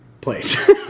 place